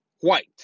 white